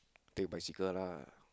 take bicycle lah